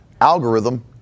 algorithm